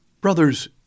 Brothers